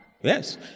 yes